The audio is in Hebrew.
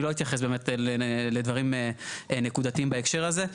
אני לא אתייחס באמת לדברים נקודתיים בהקשר הזה.